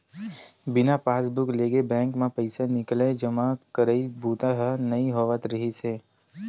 बिना पासबूक लेगे बेंक म पइसा निकलई, जमा करई बूता ह नइ होवत रिहिस हे